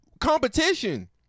competition